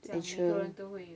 ensure